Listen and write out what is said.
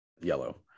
yellow